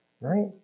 right